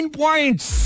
points